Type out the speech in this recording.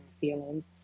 feelings